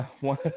one